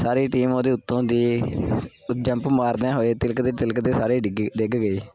ਸਾਰੀ team ਉਹਦੇ ਉੱਤੋਂ ਦੀ ਜੰਪ ਮਾਰਦਿਆਂ ਹੋਏ ਤਿਲਕਦੇ ਤਿਲਕਦੇ ਸਾਰੇ ਡਿੱਗੇ ਡਿੱਗ ਗਏ